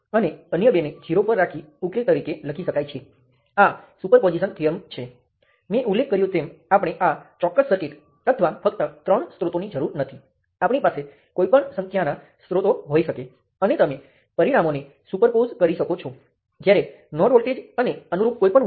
ત્યાં ચોક્કસ voltage V0 અને તેમાંથી ચોક્કસ કરંટ I0 છે તે માત્ર વોલ્ટેજ મૂલ્યની આ ચોક્કસ શરતો માટે જ લાગુ પડે છે અને તેથી વધુ